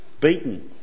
beaten